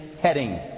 heading